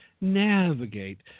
navigate